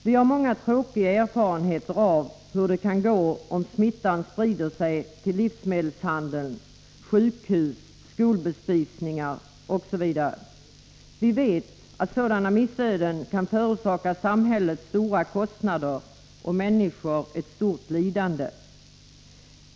Vi har många tråkiga erfarenheter av hur det kan gå om smittan sprider sig till livsmedelshandeln, sjukhus, skolbespisningar osv. Vi vet att sådana missöden kan förorsaka samhället stora kostnader och människor ett stort lidande.